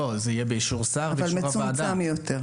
אם זה יהיה, זה יהיה באישור שר ובאישור הוועדה.